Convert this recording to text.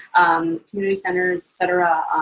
um community centers, et cetera,